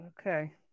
Okay